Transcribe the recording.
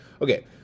Okay